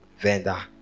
vendor